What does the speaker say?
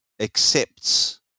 accepts